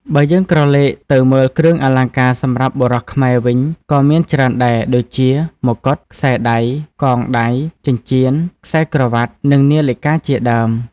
បើយើងក្រឡេកទៅមើលគ្រឿងអលង្ការសម្រាប់បុរសខ្មែរវិញក៏មានច្រើនដែរ ដូចជា មកុដ ខ្សែដៃ កងដៃ ចិញ្ចៀន ខ្សែក្រវាត់និងនាឡិកាជាដើម។